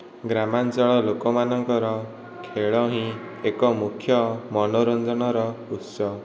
ଗ୍ରାମାଞ୍ଚଳ ଲୋକମାନଙ୍କର ଖେଳ ହିଁ ଏକ ମୁଖ୍ୟ ମନୋରଞ୍ଜନର ଉତ୍ସ